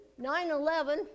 9-11